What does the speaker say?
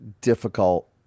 difficult